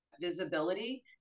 visibility